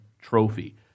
trophy